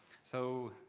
so